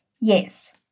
Yes